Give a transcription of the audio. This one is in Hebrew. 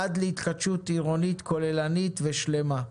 עד להתחדשות עירונית כוללנית ושלמה,